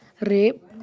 rape